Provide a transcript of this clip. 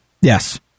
Yes